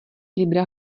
libra